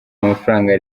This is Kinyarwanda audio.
amafaranga